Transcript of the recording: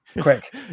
quick